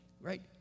Right